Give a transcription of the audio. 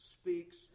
speaks